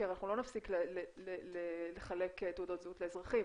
כי לא נפסיק לחלק תעודות זהות לאזרחים,